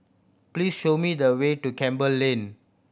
please show me the way to Campbell Lane